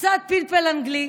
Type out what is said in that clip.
קצת פלפל אנגלי.